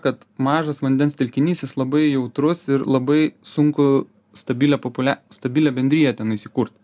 kad mažas vandens telkinys jis labai jautrus ir labai sunku stabilią populia stabilią bendriją tenais įkurt